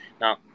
Now